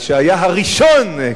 שהיה הראשון,